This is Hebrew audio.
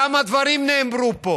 כמה דברים נאמרו פה